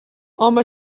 home